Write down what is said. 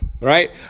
right